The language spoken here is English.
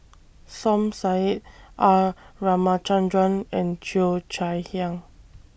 Som Said R Ramachandran and Cheo Chai Hiang